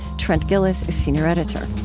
trent gilliss is senior editor